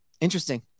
Interesting